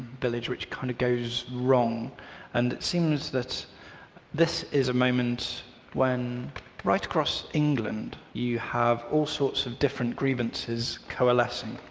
village which kind of goes wrong and it seems that this is a moment when right across england you have all sorts of different grievances coalescing.